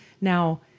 Now